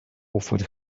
offered